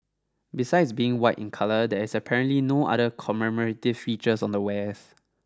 besides being white in colour there is apparently no other commemorative features on the wares